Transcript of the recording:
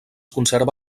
conserva